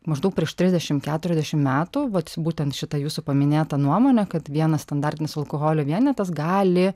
maždaug prieš trisdešimt keturiasdešimt metų vat būtent šita jūsų paminėta nuomonė kad vienas standartinis alkoholio vienetas gali